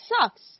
sucks